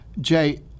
Jay